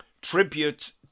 tribute